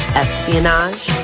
espionage